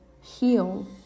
heal